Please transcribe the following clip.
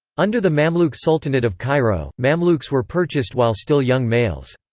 under the mamluk sultanate of cairo, mamluks were purchased while still young males.